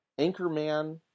Anchorman